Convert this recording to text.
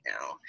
now